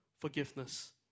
forgiveness